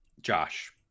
Josh